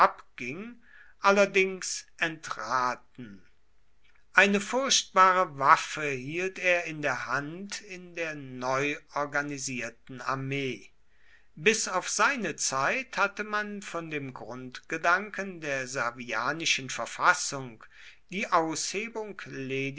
abging allerdings entraten eine furchtbare waffe hielt er in der hand in der neu organisierten armee bis auf seine zeit hatte man von dem grundgedanken der servianischen verfassung die